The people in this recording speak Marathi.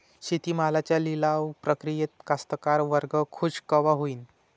शेती मालाच्या लिलाव प्रक्रियेत कास्तकार वर्ग खूष कवा होईन?